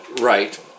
right